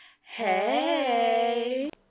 Hey